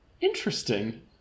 Interesting